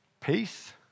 peace